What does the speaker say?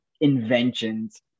inventions